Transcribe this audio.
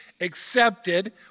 accepted